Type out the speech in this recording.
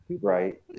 Right